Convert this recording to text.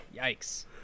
Yikes